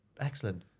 Excellent